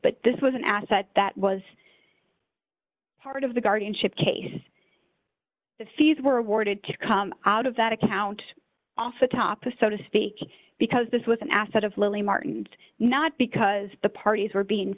but this was an asset that was part of the guardianship case the fees were awarded to come out of that account off the top of so to speak because this was an asset of lily martin and not because the parties were being